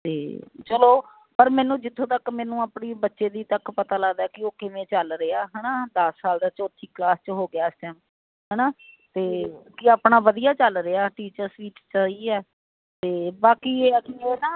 ਤੇ ਚਲੋ ਪਰ ਮੈਨੂੰ ਜਿੱਥੋ ਤੱਕ ਮੈਨੂੰ ਆਪਣੀ ਬੱਚੇ ਦੀ ਤੱਕ ਪਤਾ ਲੱਗਦਾ ਕੀ ਉਹ ਕਿਵੇਂ ਚੱਲ ਰਿਹਾ ਹਨਾ ਦਸ ਸਾਲ ਦਾ ਚੌਥੀ ਕਲਾਸ ਚ ਹੋ ਗਿਆ ਇਸ ਟੈਮ ਹਨਾ ਤੇ ਕੀ ਆਪਣਾ ਵਧੀਆ ਚੱਲ ਰਿਹਾ ਟੀਚਰ ਸਵੀਟ ਸਹੀ ਐ ਤੇ ਬਾਕੀ ਇਹ ਆਪਣੇ ਨਾ ਹਾਂ